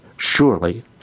Surely